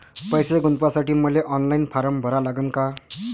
पैसे गुंतवासाठी मले ऑनलाईन फारम भरा लागन का?